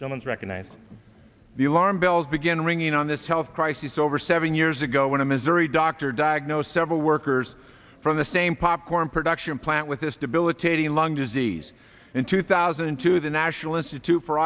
let's recognize the alarm bells began ringing on this health crisis over seven years ago when a missouri doctor diagnosed several workers from the same popcorn production plant with this debilitating lung disease in two thousand and two the national institute for